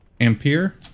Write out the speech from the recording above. Ampere